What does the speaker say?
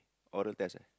oral test leh